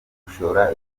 gushora